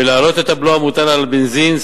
ולהעלות את הבלו המוטל על בנזין,